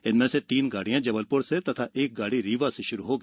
इनमें से तीन गाड़ियां जबलपुर से तथा एक गाड़ी रीवा से शुरू होगी